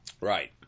Right